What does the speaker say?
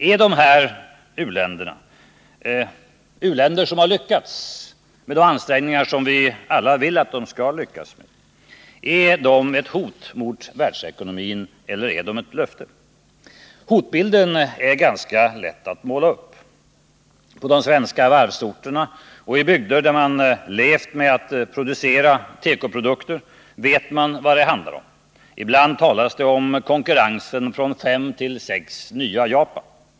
Är dessa u-länder, som har lyckats i de ansträngningar som vi alla vill att de skall lyckas i, ett hot mot världsekonomin eller är de ett löfte? Hotbilden är ganska lätt att måla upp. På de svenska varvsorterna och i bygder där man har levt på att producera tekoprodukter vet man vad det handlar om. Ibland talas det om konkurrensen från fem å sex ”nya Japan”.